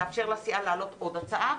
כדי לאפשר לסיעה להעלות עוד הצעת,